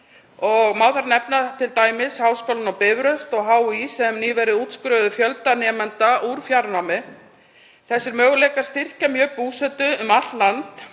og má þar nefna Háskólann á Bifröst og HÍ sem nýverið útskrifuðu fjölda nemenda úr fjarnámi. Þessir möguleikar styrkja mjög búsetu um allt land